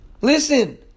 Listen